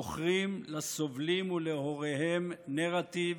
מוכרים לסובלים ולהוריהם נרטיב